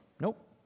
Nope